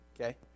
Okay